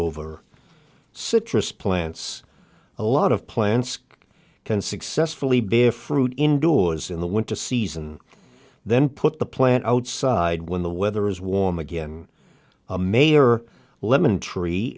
over citrus plants a lot of plants can successfully bear fruit indoors in the went to season then put the plant outside when the weather is warm again a mayor lemon tree